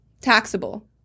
taxable